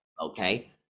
okay